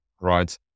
Right